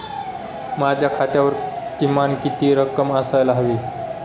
माझ्या खात्यावर किमान किती रक्कम असायला हवी?